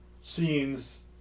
scenes